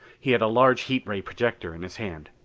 he had a large heat-ray projector in his hand.